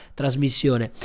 trasmissione